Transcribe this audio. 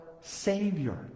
Savior